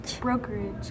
brokerage